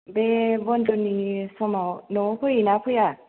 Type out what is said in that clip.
बे बन्दनि समाव नआव फैयो ना फैआ